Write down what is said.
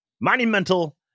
monumental